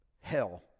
hell